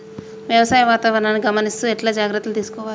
వ్యవసాయ వాతావరణాన్ని గమనిస్తూ ఎట్లాంటి జాగ్రత్తలు తీసుకోవాలే?